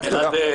תודה.